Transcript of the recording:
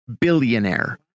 Billionaire